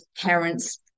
parents